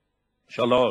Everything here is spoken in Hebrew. נשים.